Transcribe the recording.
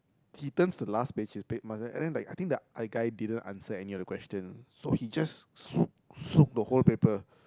he turns to the last page his page marker and I think the guy didn't answer any of the question so he just snoop snoop the whole paper